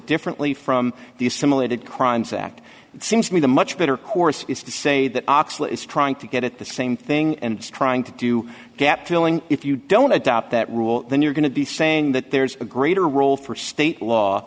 differently from the assimilated crimes act it seems to me the much better course is to say that oxley is trying to get at the same thing and trying to do gap filling if you don't adopt that rule then you're going to be saying that there's a greater role for state law